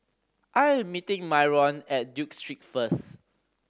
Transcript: I am meeting Myron at Duke Street first